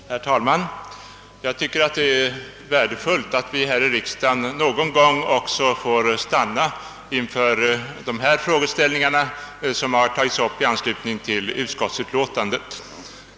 Herr talman! Jag tycker att det är värdefullt att vi här i riksdagen någon gång också får stanna inför de frågeställningar som nu tagits upp i anslutning till utskottsutlåtandet.